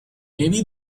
maybe